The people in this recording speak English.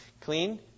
clean